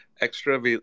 extra